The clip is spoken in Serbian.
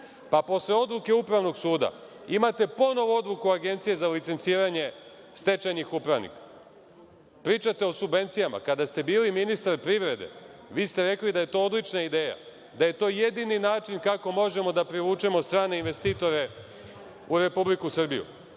pa posle odluke Upravnog suda, imate ponovo odluku Agencije za licenciranje stečajnih upravnika. Pričate o subvencijama. Kada ste bili ministar privrede, vi ste rekli da je to odlična ideja, da je to jedini način kako možemo da privučemo strane investitore u Republiku Srbiju.